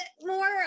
more